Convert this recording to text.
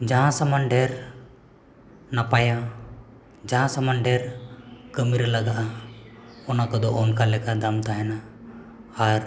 ᱡᱟᱦᱟᱸ ᱥᱟᱢᱟᱱ ᱰᱷᱮᱨ ᱱᱟᱯᱟᱭᱟ ᱡᱟᱦᱟᱸ ᱥᱟᱢᱟᱱ ᱰᱷᱮᱨ ᱠᱟᱹᱢᱤᱨᱮ ᱞᱟᱜᱟᱜᱼᱟ ᱚᱱᱟ ᱠᱚᱫᱚ ᱚᱱᱠᱟ ᱞᱮᱠᱟ ᱫᱟᱢ ᱛᱟᱦᱮᱱᱟ ᱟᱨ